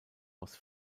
was